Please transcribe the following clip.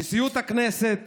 נשיאות הכנסת